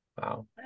Wow